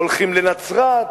הולכים לנצרת,